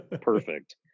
Perfect